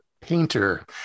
painter